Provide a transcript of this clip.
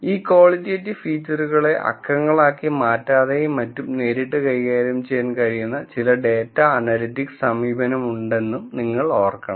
ഈ ക്വാളിറ്റേറ്റിവ് ഫീച്ചറുകളെ അക്കങ്ങളാക്കി മാറ്റാതെയും മറ്റും നേരിട്ട് കൈകാര്യം ചെയ്യാൻ കഴിയുന്ന ചില ഡാറ്റാ അനലിറ്റിക്സ് സമീപനമുണ്ടെന്നും നിങ്ങൾ ഓർക്കണം